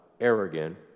arrogant